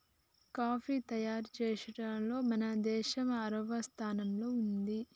coffee తయారు చేసుడులో మన దేసం ఆరవ స్థానంలో ఉంది